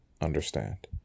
understand